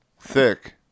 Thick